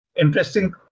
interesting